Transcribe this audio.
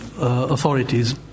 authorities